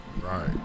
Right